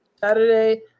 Saturday